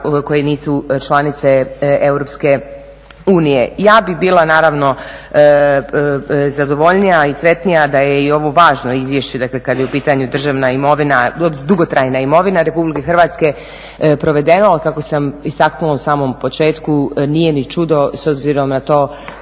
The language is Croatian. koje nisu članice Europske unije. Ja bih bila naravno zadovoljnija i sretnija da je i ovo važno izvješće dakle kad je u pitanju državna imovina, dugotrajna imovina Republike Hrvatske provedeno, ali kako sam istaknula u samom početku nije ni čudo s obzirom na